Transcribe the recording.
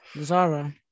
Zara